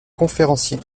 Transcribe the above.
conférencier